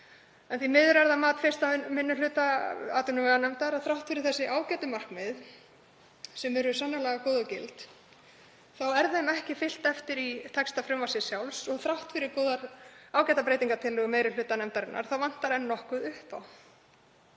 í. Því miður er það mat 1. minni hluta atvinnuveganefndar að þrátt fyrir þessi ágætu markmið, sem eru sannarlega góð og gild, þá sé þeim ekki fylgt eftir í texta frumvarpsins sjálfs og þrátt fyrir ágætar breytingartillögur meiri hluta nefndarinnar þá vantar enn nokkuð upp á.